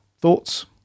thoughts